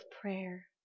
prayer